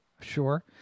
Sure